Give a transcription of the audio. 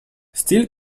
steel